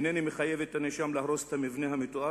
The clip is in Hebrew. "הנני מחייבת את הנאשם להרוס את המבנה המתואר